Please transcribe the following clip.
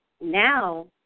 now